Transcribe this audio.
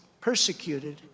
persecuted